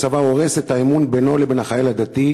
הצבא הורס את האמון בינו לבין החייל הדתי,